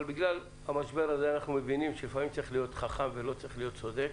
אבל בגלל המשבר הזה שאנחנו שלפעמים צריך להיות חכם ולא צריך להיות צודק,